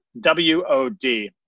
W-O-D